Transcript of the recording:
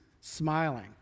smiling